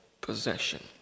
possession